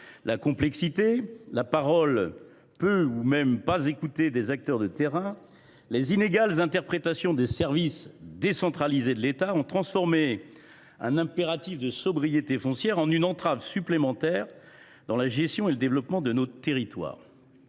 du dispositif, la parole peu ou pas écoutée des acteurs de terrain et les inégales interprétations des services décentralisés de l’État ont transformé un impératif de sobriété foncière en une entrave supplémentaire dans la gestion et le développement de nos territoires.